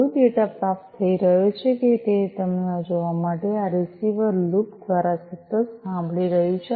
કોઈ ડેટા પ્રાપ્ત થઈ રહ્યો છે કે કેમ તે જોવા માટે આ રીસીવર લૂપ દ્વારા સતત સાંભળી રહ્યું છે